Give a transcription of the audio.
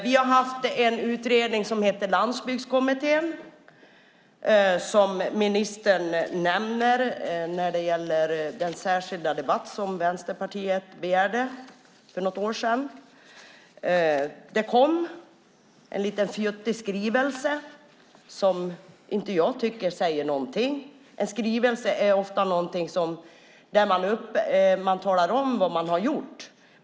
Det har kommit en utredning från Landsbygdskommittén som ministern nämner när det gäller den särskilda debatt som Vänsterpartiet begärde för något år sedan. Det har kommit en liten fjuttig skrivelse som jag inte tycker säger någonting. En skrivelse är ofta någonting där man talar om vad man har gjort.